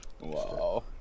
wow